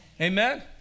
Amen